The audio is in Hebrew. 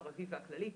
הערבי והכללי,